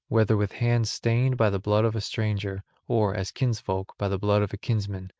whether with hands stained by the blood of a stranger or, as kinsfolk, by the blood of a kinsman,